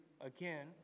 again